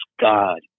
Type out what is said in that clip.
God